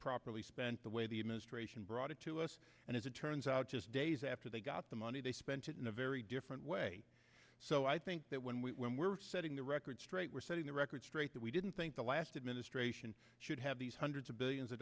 properly spent the way the administration brought it to us and as it turns out just days after they got the money they spent it in a very different way so i think that when we when we're setting the record straight we're setting the record straight that we didn't think the last administration should have these hundreds of billions of